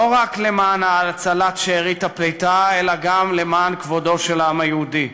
לא רק למען הצלת שארית הפליטה אלא גם למען כבודו של העם היהודי.